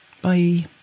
Bye